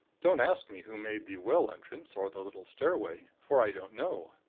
don't ask me who made the well entrance or the little stairway for i don't know.